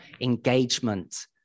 engagement